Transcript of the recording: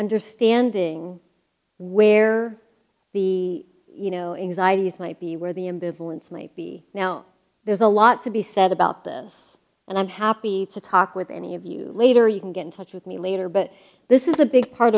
understanding where the you know exactly is might be where the ambivalence might be now there's a lot to be said about this and i'm happy to talk with any of you later you can get in touch with me later but this is a big part